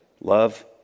love